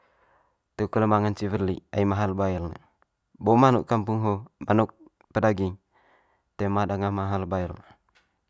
Toe kole ma ngance weli ai mahal bail ne, bo manuk kampung ho manuk pedaging toe ma danga mahal bail.